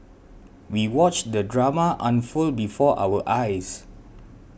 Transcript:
we watched the drama unfold before our eyes